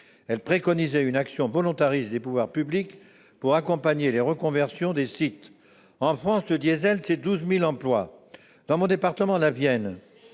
préconisait une action volontariste des pouvoirs publics pour accompagner la reconversion des sites. En France, le diesel représente 12 000 emplois. Dans mon département, la Vienne,